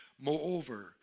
Moreover